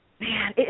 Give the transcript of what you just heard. man